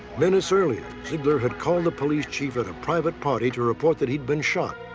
minutes earlier, zeigler had called the police chief and a private party to report that he'd been shot.